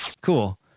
cool